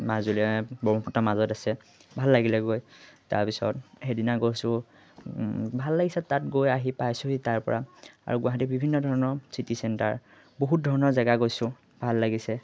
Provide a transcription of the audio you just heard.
মাজুলী ব্ৰহ্মপুত্ৰ মাজত আছে ভাল লাগিলে গৈ তাৰপিছত সেইদিনা গৈছোঁ ভাল লাগিছে তাত গৈ আহি পাইছোঁহি তাৰপৰা আৰু গুৱাহাটীত বিভিন্ন ধৰণৰ চিটি চেণ্টাৰ বহুত ধৰণৰ জেগা গৈছোঁ ভাল লাগিছে